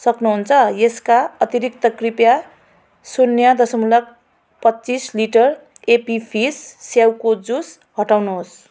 सक्नुहुन्छ यसका अतिरिक्त कृपया शून्य दशमलव पच्चिस लिटर एप्पी फिज स्याउको जुस हटाउनुहोस्